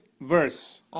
verse